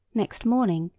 next morning,